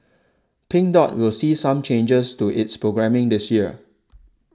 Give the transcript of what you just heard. Pink Dot will see some changes to its programming this year